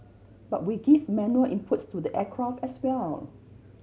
but we give manual inputs to the aircraft as well